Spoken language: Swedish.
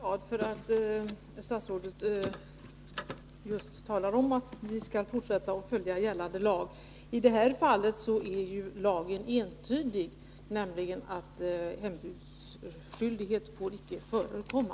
Herr talman! Också jag är glad att statsrådet slagit fast att vi skall fortsätta att följa gällande lag. I det här fallet är lagen entydig. Den säger nämligen att hembudsskyldighet icke får förekomma.